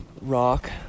Rock